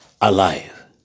alive